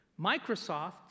Microsoft